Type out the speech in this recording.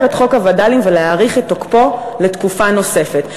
את חוק הווד"לים ולהאריך את תוקפו לתקופה נוספת,